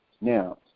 now